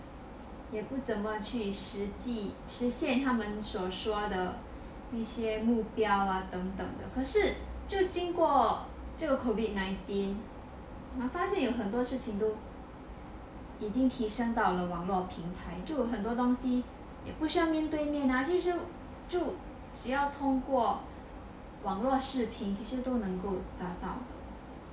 也不怎么去实际实现他们所说的一些目标 ah 等等的可是就经过这个 COVID nineteen 我发现有很多事情都已经提升到了网络平台就是很多东西也不需要面对面啊就只要通过网络视频这些都能够达到